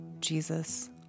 Jesus